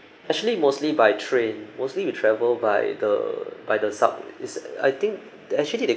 actually mostly by train mostly we travel by the by the sub is I think the actually they